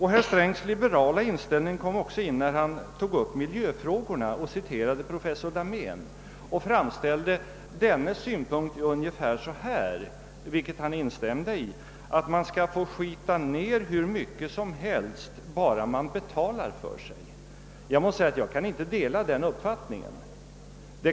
Herr Strängs liberala inställning kom till uttryck även när han tog upp miljöfrågorna och åberopade professor Dahmén och framställde dennes synpunkt så — vilket han själv instämde i — att man skall få skita ner hur mycket som helst bara man betalar för sig. Jag kan inte dela den uppfattningen.